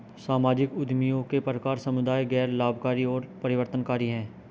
सामाजिक उद्यमियों के प्रकार समुदाय, गैर लाभकारी और परिवर्तनकारी हैं